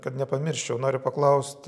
kad nepamirščiau noriu paklaust